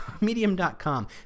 medium.com